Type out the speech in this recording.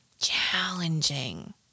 challenging